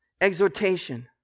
Exhortation